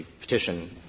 petition